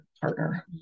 partner